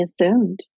assumed